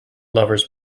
lover’s